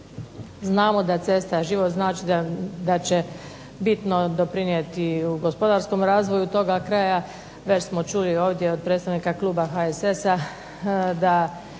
Znamo da cesta život znači, da će bitno doprinijeti u gospodarskom razvoju toga kraja. Već smo čuli ovdje od predstavnika kluba HSS-a da